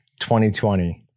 2020